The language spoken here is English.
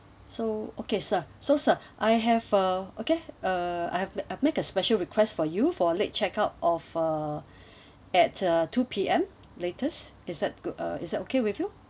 so okay sir so sir I have uh okay uh I have make I make a special request for you for late check out of uh at uh two P_M latest is that good uh is that okay with you